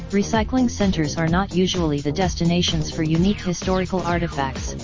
recycling centres are not usually the destinations for unique historical artifacts,